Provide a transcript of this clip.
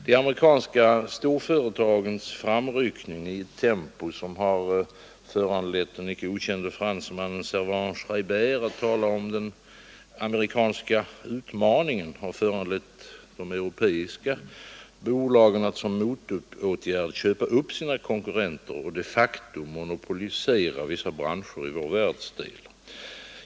De amerikanska storföretagens framryckning i ett tempo som kommit den icke okände fransmannen Servan-Schreiber att tala om ”den amerikanska utmaningen” har föranlett de europeiska bolagen att som motåtgärd köpa upp sina konkurrenter och de facto monopolisera vissa branscher i vår världsdel.